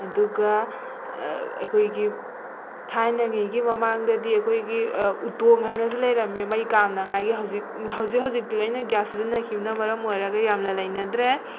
ꯑꯗꯨꯒ ꯑꯩꯈꯣꯏꯒꯤ ꯊꯥꯏꯅꯉꯩꯒꯤ ꯃꯃꯥꯡꯗꯗꯤ ꯑꯩꯈꯣꯏꯒꯤ ꯎꯇꯣꯡ ꯍꯥꯏꯅꯁꯨ ꯂꯩꯔꯝꯃꯦ ꯃꯩ ꯀꯥꯝꯅꯉꯥꯏꯒꯤ ꯍꯧꯖꯤꯛ ꯍꯧꯖꯤꯛ ꯍꯧꯖꯤꯛꯇꯤ ꯂꯣꯏꯅ ꯒ꯭ꯌꯥꯁ ꯁꯤꯖꯤꯟꯅꯈꯤꯕꯅ ꯃꯔꯝ ꯑꯣꯏꯔꯒ ꯌꯥꯝꯅ ꯂꯩꯅꯗ꯭ꯔꯦ